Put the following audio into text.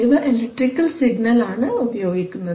ഇവ electrical signal ആണ് ഉപയോഗിക്കുന്നത്